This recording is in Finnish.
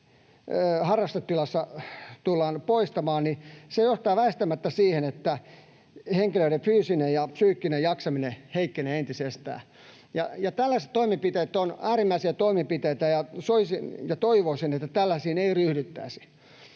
harrastetilassa tullaan poistamaan, niin se johtaa väistämättä siihen, että henkilöiden fyysinen ja psyykkinen jaksaminen heikkenee entisestään. Tällaiset toimenpiteet ovat äärimmäisiä toimenpiteitä, ja soisin ja toivoisin, että tällaisiin ei ryhdyttäisi,